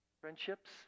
Friendships